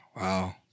wow